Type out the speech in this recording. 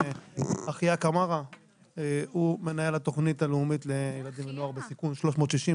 אחיה קמארה הוא מנהל התוכנית הלאומית לילדים ונוער בסיכון (360),